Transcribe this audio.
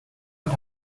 und